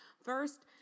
First